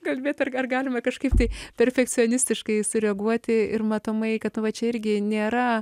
kalbėt ar ar galima kažkaip tai perfekcionistiškai sureaguoti ir matomai kad va čia irgi nėra